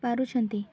ପାରୁଛନ୍ତି